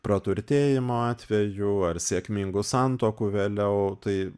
praturtėjimo atvejų ar sėkmingų santuokų vėliau tai